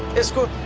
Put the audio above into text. is good